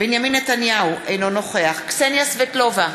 בנימין נתניהו, אינו נוכח קסניה סבטלובה,